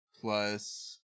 plus